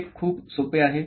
हे खूप सोपे आहे